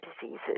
diseases